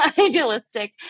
idealistic